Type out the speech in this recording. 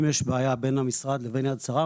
אם יש בעיה בין המשרד לבין ׳יד שרה׳,